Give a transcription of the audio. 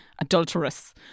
adulterous